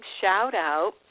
shout-out